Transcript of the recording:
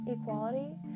Equality